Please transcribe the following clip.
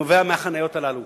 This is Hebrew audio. נובע מהחניות הללו.